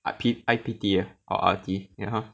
I_P I_P_T ah orh R_T ya ha